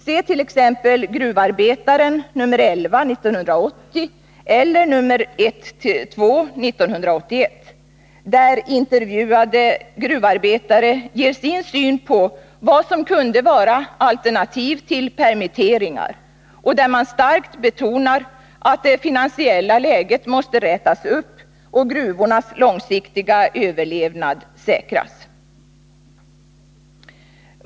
Se t.ex. Gruvarbetaren nr 11 år 1980 eller nr 1-2 år 1981, där intervjuade gruvarbetare ger sin syn på vad som kunde vara alternativ till permitteringar och där man starkt betonar att det finansiella läget måste rätas upp och gruvornas långsiktiga överlevnad säkras.